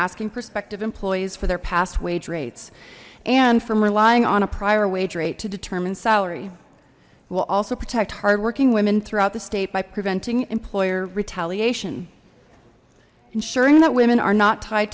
asking prospective employees for their past wage rates and from relying on a prior wage rate to determine salary it will also protect hard working women throughout the state by preventing employer retaliation ensuring that women are not tied